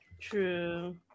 True